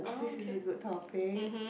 this is a good topic